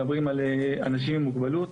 מדברים על אנשים עם מוגבלות,